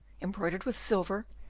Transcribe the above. embroidered with silver,